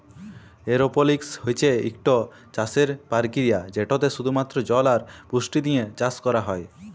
এরওপলিক্স হছে ইকট চাষের পরকিরিয়া যেটতে শুধুমাত্র জল আর পুষ্টি দিঁয়ে চাষ ক্যরা হ্যয়